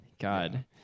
God